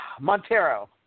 Montero